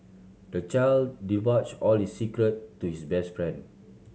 the child divulged all his secret to his best friend